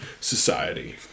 Society